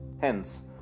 Hence